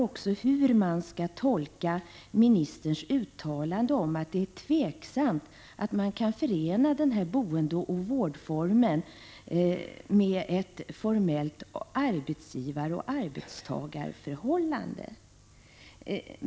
Jag undrar hur vi skall tolka ministerns uttalande om att han är tveksam till att man kan förena den boendeoch vårdform som en familjehemsplacering utgör med ett formellt arbetsgivaroch arbetstagarförhållande.